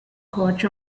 coach